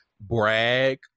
brag